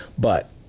but,